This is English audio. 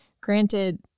Granted